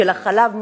של החלב,